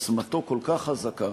עוצמתו כל כך חזקה,